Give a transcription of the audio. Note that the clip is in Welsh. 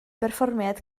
berfformiad